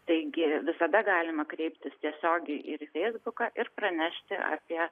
taigi visada galima kreiptis tiesiogiai ir į feisbuką ir pranešti apie